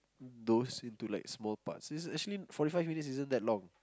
those into like small parts it's actually forty five minutes isn't that long